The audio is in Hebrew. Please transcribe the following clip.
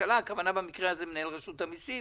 במקרה הזה, הכוונה היא למנהל רשות המיסים